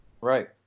Right